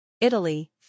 Italy